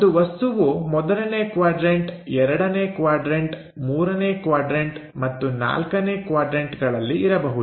ಒಂದು ವಸ್ತುವು ಮೊದಲನೇ ಕ್ವಾಡ್ರನ್ಟ ಎರಡನೇ ಕ್ವಾಡ್ರನ್ಟ ಮೂರನೇ ಕ್ವಾಡ್ರನ್ಟ ಮತ್ತು ನಾಲ್ಕನೇ ಕ್ವಾಡ್ರನ್ಟಗಳಲ್ಲಿ ಇರಬಹುದು